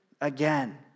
again